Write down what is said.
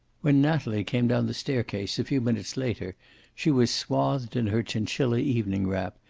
when natalie came down the staircase a few minutes later she was swathed in her chinchilla evening wrap,